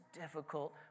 difficult